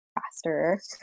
faster